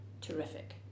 terrific